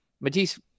Matisse